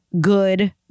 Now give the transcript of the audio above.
good